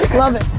love it.